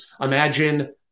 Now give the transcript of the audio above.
Imagine